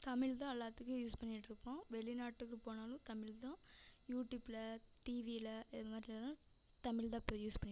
தமிழ் தான் எல்லாத்துக்கும் யூஸ் பண்ணிகிட்டு இருப்போம் வெளிநாட்டுக்கு போனாலும் தமிழ் தான் யூடியூப்பில் டிவியில் இது மாதிரில்லாம் தமிழ் தான் இப்போ யூஸ் ப